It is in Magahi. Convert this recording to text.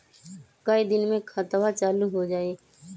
कई दिन मे खतबा चालु हो जाई?